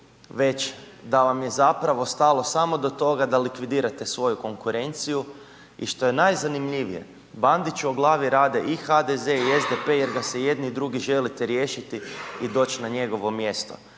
već da vam je zapravo stalo samo do toga da likvidirate svoju konkurenciju i što je najzanimljivije, Bandiću o glavi rade i HDZ i SDP jer ga se jedni i drugi želite riješiti i doć na njegovo mjesto.